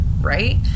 right